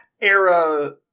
era